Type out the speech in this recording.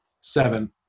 seven